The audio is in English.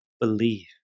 believe